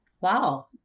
Wow